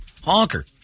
honker